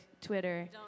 twitter